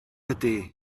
ydy